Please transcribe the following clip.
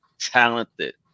talented